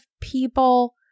people